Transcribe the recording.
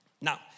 Now